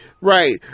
right